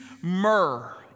myrrh